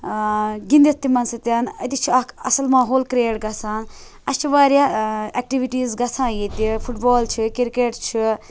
گِنٛدِتھ تِمن سۭتۍ أتی چھِ اَکھ اَصٕل ماحول کِرٛیٹ گَژھان اسہِ چھِ واریاہ ایکٹِوِٹیٖز گَژھان ییٚتہِ فُٹ بال چھُ کِرکیٹ چھُ